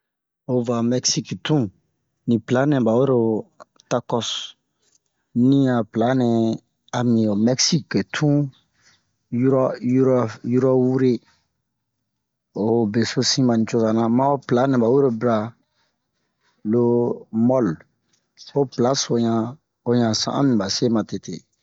o va Mɛksik tun ni pla nɛ ɓa wero takɔse ni ɲan a pla nɛ ami ho Mɛksik tun yurɔ yurɔ yurɔ wure ho besosi ɓa nucoza na ma ho pla nɛ ɓawe bira lo mɔle ho pla so ɲan ho ɲan san'anmi ɓa se matete